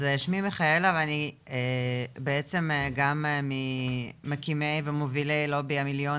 אז שמי מיכאלה ואני בעצם גם ממקימי ומובילי "לובי המיליון",